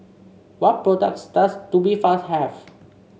what products does Tubifast have